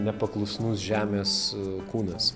nepaklusnus žemės kūnas